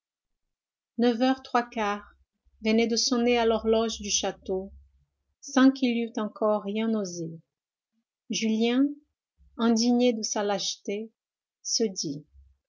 neuf heures trois quarts venaient de sonner à l'horloge du château sans qu'il eût encore rien osé julien indigné de sa lâcheté se dit